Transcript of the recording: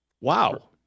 Wow